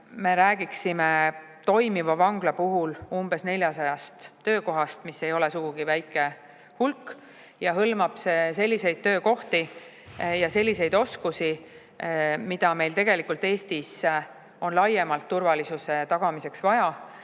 Me räägime toimiva vangla puhul umbes 400 töökohast, mis ei ole sugugi väike hulk, ja hõlmab see selliseid töökohti ja selliseid oskusi, mida meil tegelikult Eestis on laiemalt turvalisuse tagamiseks vaja.